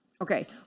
Okay